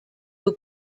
who